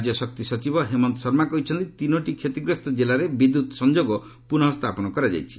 ରାଜ୍ୟ ଶକ୍ତି ସଚିବ ହେମନ୍ତ ଶର୍ମା କହିଚ୍ଚନ୍ତି ତିନୋଟି କ୍ଷତିଗ୍ରସ୍ତ ଜିଲ୍ଲାରେ ବିଦ୍ୟୁତ୍ ସଂଯୋଗ ପୁନଃ ସ୍ଥାପନ କରାଯାଇଛି